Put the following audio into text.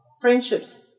friendships